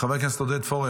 חבר הכנסת עודד פורר,